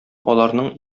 аларның